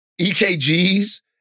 EKGs